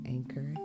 Anchor